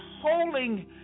holding